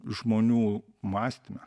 žmonių mąstyme